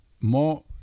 more